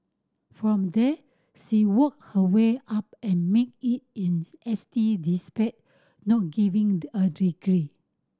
from there she worked her way up and made it in S T despite no giving a degree